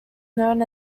known